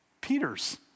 Peter's